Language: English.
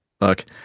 Look